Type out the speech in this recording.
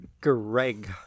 Greg